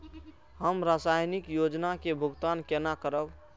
हम सामाजिक योजना के भुगतान केना करब?